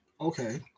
Okay